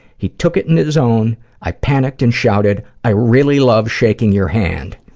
he took it into his own, i panicked and shouted, i really love shaking your hand!